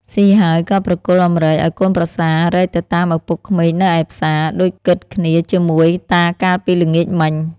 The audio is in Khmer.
ស៊ីហើយក៏ប្រគល់អំរែកឱ្យកូនប្រសារែកទៅតាមឪពុកក្មេកនៅឯផ្សារ ដូចគិតគ្នាជាមួយតាកាលពីល្ងាចមិញ។